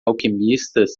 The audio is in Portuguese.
alquimistas